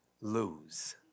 lose